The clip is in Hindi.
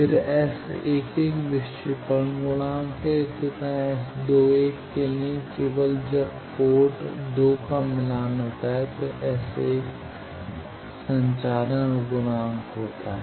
फिर S11 विक्षेपण गुणांक है इसी तरह S21 के लिए केवल जब पोर्ट 2 का मिलान होता है तो S21 संचारण गुणांक होता है